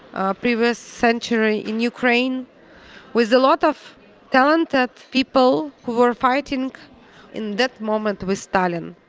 ah, previous century in ukraine was a lot of talented people who were fighting in that moment with stalin.